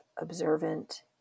observant